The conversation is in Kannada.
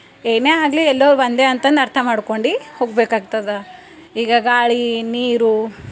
ಏನೇ ಆಗಲಿ ಎಲ್ಲರ್ ಒಂದೇ ಅಂತಂದು ಅರ್ಥ ಮಾಡ್ಕೊಂಡು ಹೋಗಬೇಕಾಗ್ತದ ಈಗ ಗಾಳಿ ನೀರು